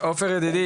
שאלו לגבי יעילות,